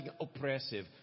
oppressive